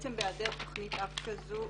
בעצם בהיעדר תוכנית אב כזו,